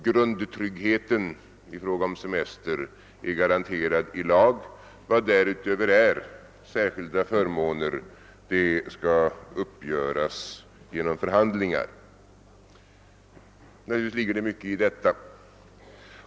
Grundtryggheten i fråga om semester är garanterad i lag; vad därutöver finns i form av särskilda förmåner skall uppgöras om genom förhandlingar. Naturligtvis ligger det mycket i detta.